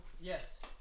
Yes